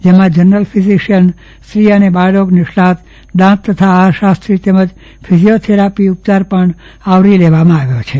જેમાંજનરલ physician સ્ત્રી અને બાળરોગ નિષ્ણાંતો દાંતતથા આફાર શાસ્ત્રી તેમજ ફિઝીયોથેરાપી ઉપ ચાર પણ આવરી લેવામાં આ વ્યો છે